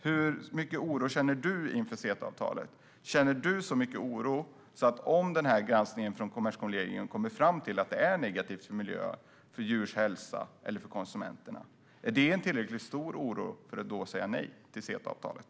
Hur mycket oro känner du inför CETA-avtalet? Känner du så mycket oro att det, om granskningen från Kommerskollegium kommer fram till att det är negativt för miljö, djurs hälsa eller konsumenterna, är en tillräckligt stor oro för att då säga nej till CETA-avtalet?